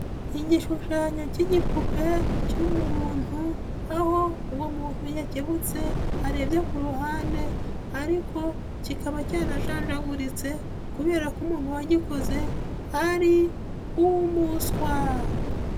Igishushanyo cy'igipupe cy'umuntu aho uwo muntu yakebutse arebye ku ruhande ariko kikaba cyarajanjaguritse kubera ko umuntu wagikoze ari uwumuswa.